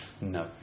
No